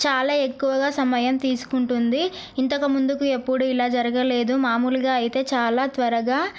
చాలా ఎక్కువగా సమయం తీసుకుంటుంది ఇంతకు ముందుకు ఎప్పుడు ఇలా జరగలేదు మామూలుగా అయితే చాలా త్వరగా